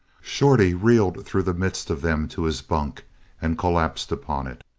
shorty reeled through the midst of them to his bunk and collapsed upon it.